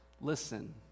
Listen